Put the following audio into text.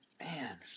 Man